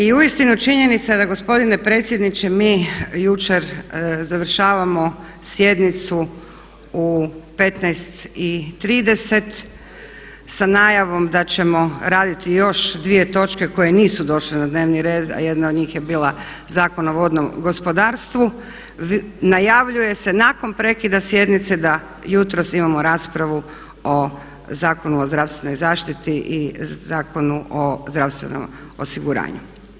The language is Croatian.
I uistinu činjenica je da gospodine predsjedniče mi jučer završavamo sjednicu u 15,30 sa najavom da ćemo raditi još dvije točke koje nisu došle na dnevni red, a jedna od njih je bila Zakon o vodnom gospodarstvu, najavljuje se nakon prekida sjednice da jutros imamo raspravu o Zakonu o zdravstvenoj zaštiti i Zakonu o zdravstvenom osiguranju.